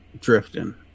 drifting